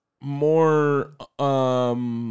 more